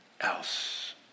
else